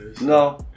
no